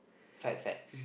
fat fat